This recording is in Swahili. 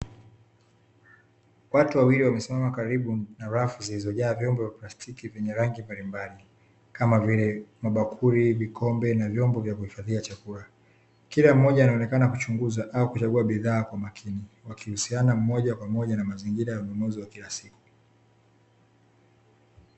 Watu wawili wamesimama karibu na rafu zilizojaa vyombo vya plastiki vyenye rangi mbalimbali. Kama vile; mabakuli, vikombe na vyombo vya kuhifadhia chakula. Kila mmoja anaonekana kuchunguza au kuchagua bidhaa kwa makini, wakihusiana moja kwa moja na mazingira ya ununuzi wa kila siku.